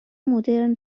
مدرن